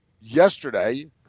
yesterday